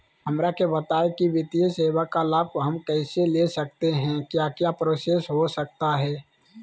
हमरा के बताइए की वित्तीय सेवा का लाभ हम कैसे ले सकते हैं क्या क्या प्रोसेस हो सकता है?